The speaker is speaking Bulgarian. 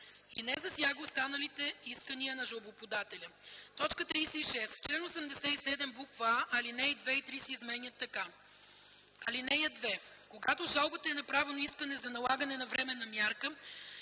и не засяга останалите искания на жалбоподателя.” 36. В чл. 87: а) алинеи 2 и 3 се изменят така: „(2) Когато с жалбата е направено искане за налагане на временна мярка,